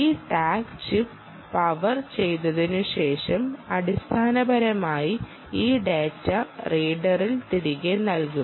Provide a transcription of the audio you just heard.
ഈ tag chip power ചെയ്തതിനുശേഷം അടിസ്ഥാനപരമായി ഈ ഡാറ്റ റീഡറിന് തിരികെ നൽകണം